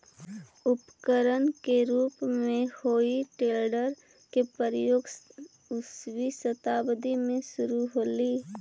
उपकरण के रूप में हेइ टेडर के प्रयोग उन्नीसवीं शताब्दी में शुरू होलइ